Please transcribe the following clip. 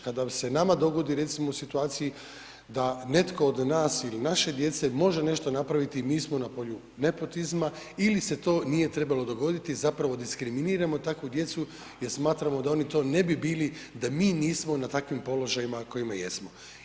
Kada se nama dogoditi recimo u situaciji da netko od nas ili naše djece može nešto napraviti mi smo na polju nepotizma ili se to nije trebalo dogoditi, zapravo diskriminiramo takvu djecu jer smatramo da oni to ne bi bili da mi nismo na takvim položajima na kojima jesmo.